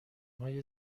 های